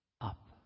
up